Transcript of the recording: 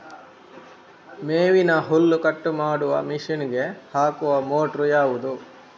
ಮೇವಿನ ಹುಲ್ಲು ಕಟ್ ಮಾಡುವ ಮಷೀನ್ ಗೆ ಹಾಕುವ ಮೋಟ್ರು ಯಾವುದು?